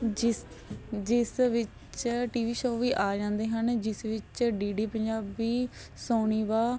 ਜਿਸ ਜਿਸ ਵਿੱਚ ਟੀ ਵੀ ਸ਼ੋ ਵੀ ਆ ਜਾਂਦੇ ਹਨ ਜਿਸ ਵਿੱਚ ਡੀ ਡੀ ਪੰਜਾਬੀ ਸੋਨੀ ਵਾ